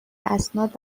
اسناد